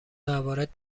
موارد